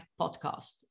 podcast